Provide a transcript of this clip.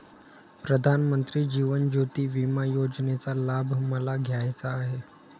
प्रधानमंत्री जीवन ज्योती विमा योजनेचा लाभ मला घ्यायचा आहे